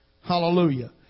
Hallelujah